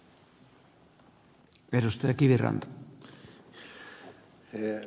arvoisa puhemies